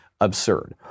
absurd